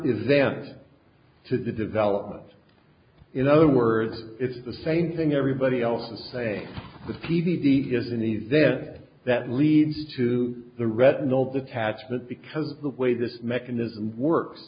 event to the development in other words it's the same thing everybody else was saying the p v d is an event that leads to the retinal detachment because of the way this mechanism works